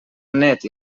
net